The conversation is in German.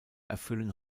erfüllen